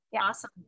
Awesome